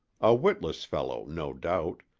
a witless fellow, no doubt,